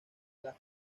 las